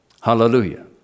Hallelujah